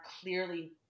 clearly